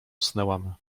usnęłam